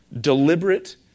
deliberate